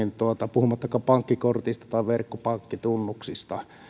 puhumattakaan pankkikortista tai verkkopankkitunnuksista